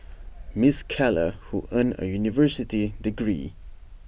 miss Keller who earned A university degree